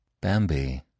Bambi